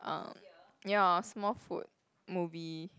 um ya Smallfoot movie